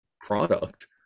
product